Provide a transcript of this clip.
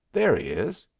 there he is.